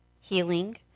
healing